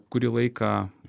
kurį laiką